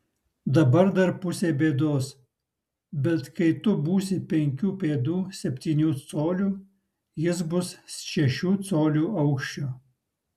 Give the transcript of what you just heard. dabar dar pusė bėdos bet kai tu būsi penkių pėdų septynių colių jis bus šešių colių aukščio